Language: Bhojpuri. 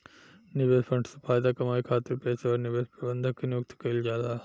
निवेश फंड से फायदा कामये खातिर पेशेवर निवेश प्रबंधक के नियुक्ति कईल जाता